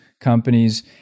companies